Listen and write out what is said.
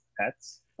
pets